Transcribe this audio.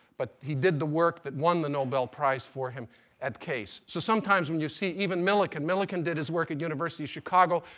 but he did the work that won the nobel prize for him at case. so sometimes when you see even millikan, millikan did his work at university of chicago,